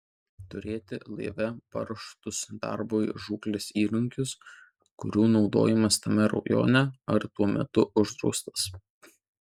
turėti laive paruoštus darbui žūklės įrankius kurių naudojimas tame rajone ar tuo metu uždraustas